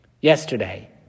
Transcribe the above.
Yesterday